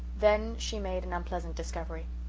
then she made an unpleasant discovery.